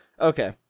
Okay